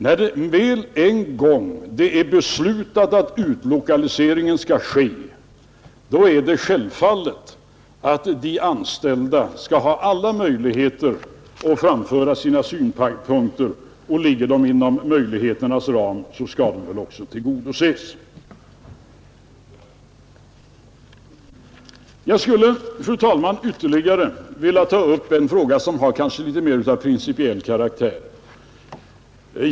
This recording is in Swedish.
När det väl en gång är beslutat att utlokaliseringen skall ske, är det självfallet att de anställda skall ha alla möjligheter att föra fram sina synpunkter, och ligger dessa inom möjligheternas ram skall de också tillgodoses. Jag skulle, fru talman, ytterligare vilja ta upp en fråga som har lite mer av principiell karaktär.